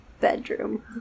bedroom